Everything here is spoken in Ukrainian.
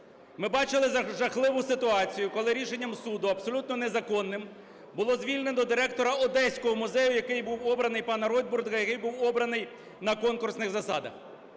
Ми бачили жахливу ситуацію, коли рішенням суду абсолютно незаконним було звільнено директора Одеського музею, який був обраний, пана Ройтбурда, який був обраний на конкурсних засадах.